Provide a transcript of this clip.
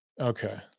Okay